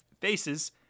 faces